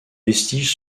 vestiges